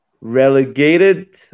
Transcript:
relegated